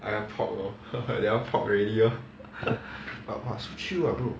pop lor that [one] pop already lor but !wah! so chill ah bro